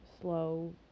slow